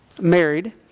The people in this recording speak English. married